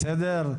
בסדר?